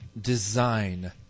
design